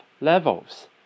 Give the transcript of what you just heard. levels